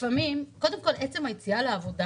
עצם היציאה לעבודה